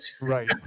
right